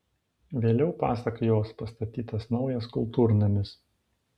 vėliau pasak jos pastatytas naujas kultūrnamis